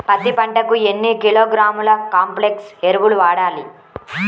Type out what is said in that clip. పత్తి పంటకు ఎన్ని కిలోగ్రాముల కాంప్లెక్స్ ఎరువులు వాడాలి?